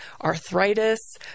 arthritis